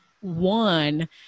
one